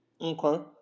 Okay